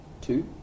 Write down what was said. two